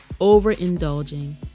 overindulging